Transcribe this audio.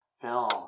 film